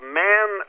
man